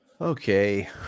Okay